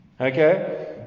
Okay